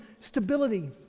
stability